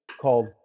called